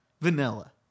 Vanilla